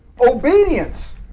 Obedience